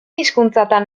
hizkuntzatan